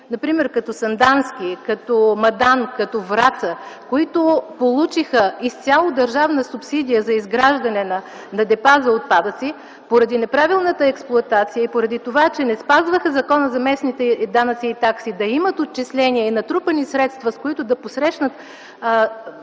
като Сандански, като Мадан, като Враца, които получиха изцяло държавна субсидия за изграждане на депа за отпадъци, поради неправилната експлоатация и поради това, че не спазваха Закона за местните данъци и такси да имат отчисления и натрупани средства, с които да посрещнат